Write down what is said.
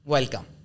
Welcome